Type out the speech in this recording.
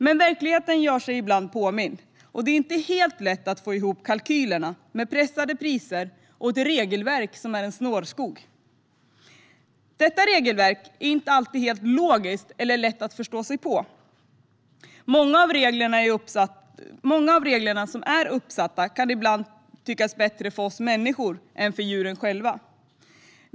Men verkligheten gör sig ibland påmind, och det är inte helt lätt att få ihop kalkylerna med pressade priser och ett regelverk som är en snårskog. Detta regelverk är inte alltid helt logiskt eller lätt att förstå sig på. Många av de regler som är uppsatta kan ibland tyckas bättre för oss människor än för djuren själva.